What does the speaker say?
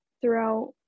throughout